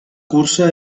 cursa